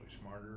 smarter